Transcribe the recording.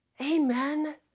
Amen